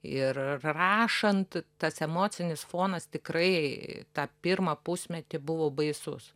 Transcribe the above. ir rašant tas emocinis fonas tikrai tą pirmą pusmetį buvo baisus